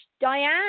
Diane